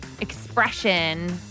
expression